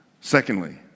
Secondly